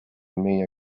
meie